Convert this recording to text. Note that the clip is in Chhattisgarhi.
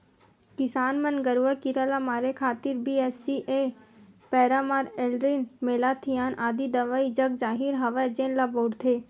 किसान मन गरूआ कीरा ल मारे खातिर बी.एच.सी.ए पैरामार, एल्ड्रीन, मेलाथियान आदि दवई जगजाहिर हवय जेन ल बउरथे